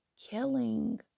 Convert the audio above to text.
killing